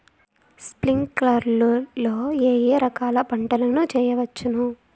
స్ప్రింక్లర్లు లో ఏ ఏ రకాల పంటల ను చేయవచ్చును?